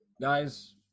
Guys